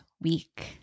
week